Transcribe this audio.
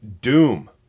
Doom